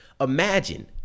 Imagine